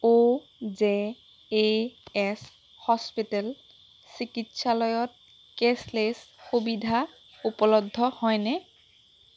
অ' জে এ এছ হস্পিটেল চিকিৎসালয়ত কেচলেছ সুবিধা উপলব্ধ হয়নে